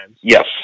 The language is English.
Yes